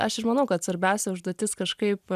aš ir manau kad svarbiausia užduotis kažkaip